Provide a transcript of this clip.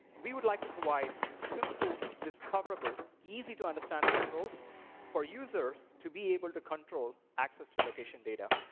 we would like to provide simple, discoverable, easy to understand controls for users to be able to control access to location data.